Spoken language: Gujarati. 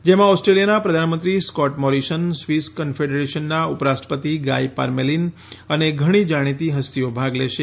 જેમાં ઓસ્ટ્રેલિયાના પ્રધાનમંત્રી સ્કોટ મોરિસન સ્વીસ કન્ફેડરેશનના ઉપરાષ્ટ્રપતિ ગાઇ પારમેલિન અને ઘણી જાણીતી હસ્તીઓ ભાગ લેશે